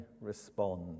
respond